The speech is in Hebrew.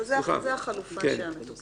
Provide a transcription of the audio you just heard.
לא זימנו אנשים מומחים, אין לנו הזמן לעשות את זה.